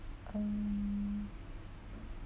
um